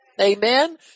Amen